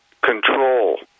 control